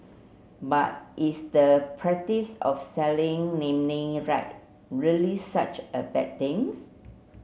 but is the practice of selling naming right really such a bad things